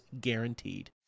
guaranteed